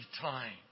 time